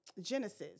Genesis